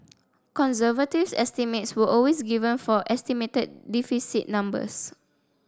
conservative estimates were always given for estimated deficit numbers